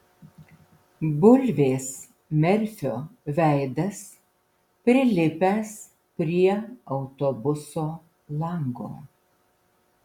bulvės merfio veidas prilipęs prie autobuso lango